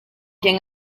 quién